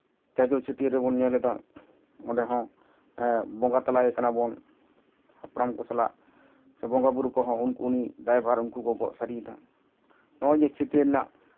ᱪᱟᱪᱳ ᱪᱷᱟᱹᱴᱭᱟᱹᱨ ᱨᱮᱵᱚᱱ ᱧᱮᱞ ᱮᱫᱟ ᱚᱸᱰᱮ ᱦᱚᱸ ᱵᱚᱸᱜᱟ ᱛᱟᱞᱟᱭᱮ ᱠᱟᱱᱟᱵᱚᱱ ᱦᱟᱯᱲᱟᱢ ᱥᱟᱞᱟᱜ ᱥᱮ ᱵᱚᱸᱜᱟᱼᱵᱩᱨᱩ ᱠᱚᱦᱚᱸ ᱩᱱᱤ ᱫᱟᱭᱵᱷᱟᱨ ᱩᱱᱠᱩ ᱠᱚ ᱜᱚᱜ ᱥᱟᱹᱨᱤᱭᱮᱫᱟ ᱱᱚᱜᱼᱚᱭ ᱡᱮ ᱪᱷᱟᱹᱴᱭᱟᱹᱨ ᱨᱮᱱᱟᱜ